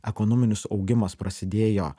ekonominis augimas prasidėjo